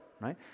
right